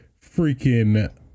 Freaking